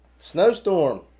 Snowstorm